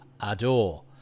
Adore